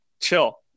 chill